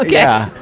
like yeah.